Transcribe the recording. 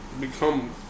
become